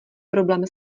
problém